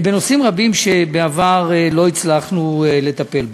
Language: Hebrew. בנושאים רבים שבעבר לא הצלחנו לדבר עליהם.